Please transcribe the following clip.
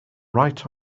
right